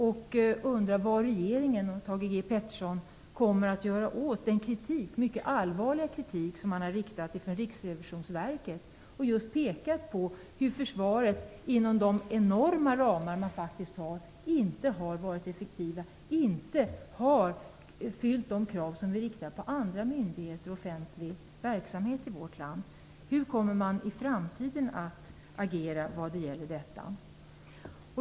Vad kommer Thage G Peterson och regeringen att göra åt den mycket allvarliga kritik som har riktats från Riksrevisionsverket, där man just pekat på hur försvaret inom de enorma ramar man faktiskt har inte har varit effektivt. De krav som vi ställer på andra myndigheter och offentlig verksamhet i vårt land har inte uppfyllts av försvaret. Hur kommer man att agera i framtiden vad gäller detta?